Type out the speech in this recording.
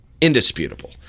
indisputable